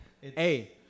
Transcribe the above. Hey